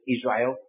Israel